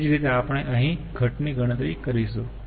તે જ રીતે આપણે અહીં ઘટની ગણતરી કરીશું